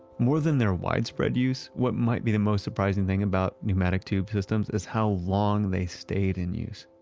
more than their widespread use, what might be the most surprising thing about pneumatic tube systems is how long they stayed in use.